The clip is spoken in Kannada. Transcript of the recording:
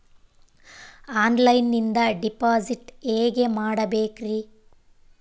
ಆನ್ಲೈನಿಂದ ಡಿಪಾಸಿಟ್ ಹೇಗೆ ಮಾಡಬೇಕ್ರಿ?